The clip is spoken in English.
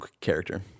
character